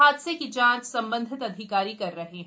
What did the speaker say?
हादसे की जांच संबंधित अधिकारी कर रहे हैं